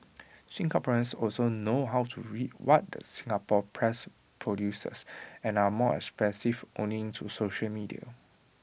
Singaporeans also know how to read what the Singapore press produces and are more expressive owing to social media